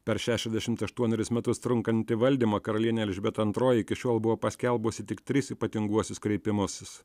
per šešiasdešimt aštuonerius metus trunkantį valdymą karalienė elžbieta antroji iki šiol buvo paskelbusi tik tris ypatinguosius kreipimusis